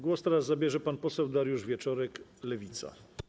Głos teraz zabierze pan poseł Dariusz Wieczorek, Lewica.